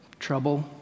Trouble